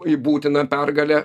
į būtiną pergalę